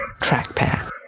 trackpad